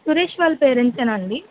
సురేష్ వాళ్ళ పేరెంట్సేనా అండి